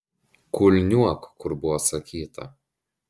kulniuok kur buvo sakyta